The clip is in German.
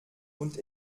und